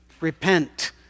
Repent